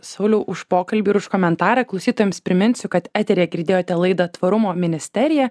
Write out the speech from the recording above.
sauliau už pokalbį ir už komentarą klausytojams priminsiu kad eteryje girdėjote laidą tvarumo ministerija